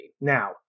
Now